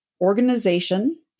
organization